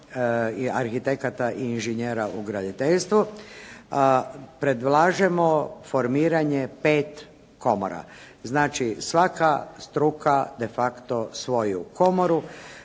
i arhitekata i inženjera u graditeljstvu predlažemo formiranje pet komora. Znači svaka struka de facto svoju komoru,